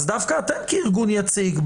דווקא אתם כארגון יציג,